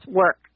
work